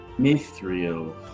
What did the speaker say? Mithril